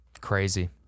Crazy